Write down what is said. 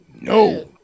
No